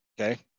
Okay